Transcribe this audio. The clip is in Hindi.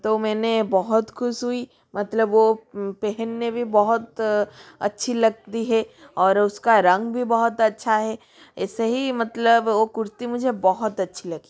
तो मैंने बहुत बहुत हुई मतलब वो पहनने भी बहुत अच्छी लगती है और उसका रंग भी बहुत अच्छा है ऐसे ही मतलब ओ कुर्ती मुझे बहुत अच्छी लगी